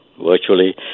virtually